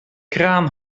kraan